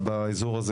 באזור הזה.